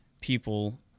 people